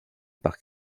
par